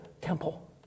temple